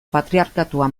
patriarkatua